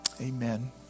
Amen